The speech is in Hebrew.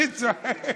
אל תצעק.